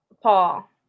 Paul